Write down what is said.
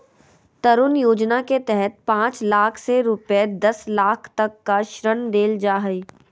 तरुण योजना के तहत पांच लाख से रूपये दस लाख तक का ऋण देल जा हइ